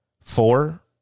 Four